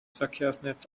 verkehrsnetz